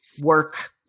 work